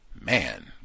man